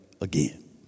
again